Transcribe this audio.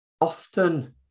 often